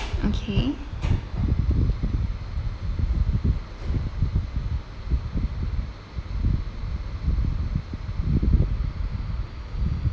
okay